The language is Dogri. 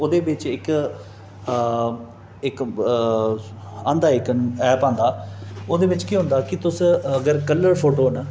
ओह्दे बिच्च इक इक आंदा इक ऐप आंदा ओह्दे बिच्च केह् होंदा केह् तुस अगर कलर फोटो न